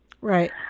Right